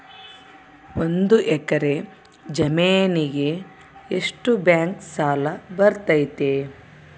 ಒಂದು ಎಕರೆ ಜಮೇನಿಗೆ ಎಷ್ಟು ಬ್ಯಾಂಕ್ ಸಾಲ ಬರ್ತೈತೆ?